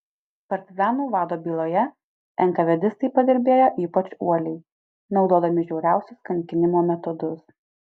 partizanų vado byloje enkavėdistai padirbėjo ypač uoliai naudodami žiauriausius kankinimo metodus